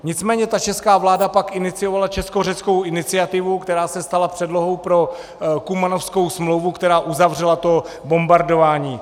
Nicméně ta česká vláda pak iniciovala českořeckou iniciativu, která se stala předlohou pro Kumanovskou smlouvu, která uzavřela to bombardování.